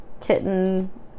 kitten